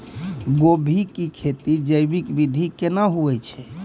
गोभी की खेती जैविक विधि केना हुए छ?